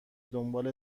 دنبال